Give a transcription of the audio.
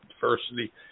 diversity